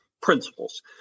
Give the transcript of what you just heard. principles